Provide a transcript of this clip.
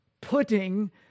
putting